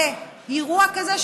באירוע כזה,